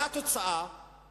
התוצאה היא